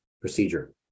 procedure